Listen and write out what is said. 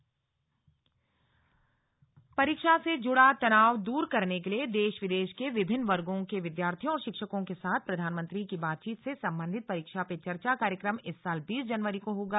परीक्षा पे चर्चा परीक्षा से जुड़ा तनाव दूर करने के लिए देश विदेश के विभिन्न वर्गों के विद्यार्थियों और शिक्षकों के साथ प्रधानमंत्री की बातचीत से संबंधित परीक्षा पे चर्चा कार्यक्रम इस साल बीस जनवरी को होगा